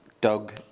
doug